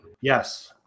Yes